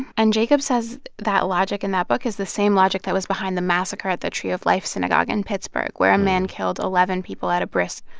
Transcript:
and jacobs says that logic in that book is the same logic that was behind the massacre at the tree of life synagogue in pittsburgh, where a man killed eleven people at a bris.